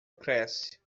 cresce